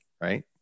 Right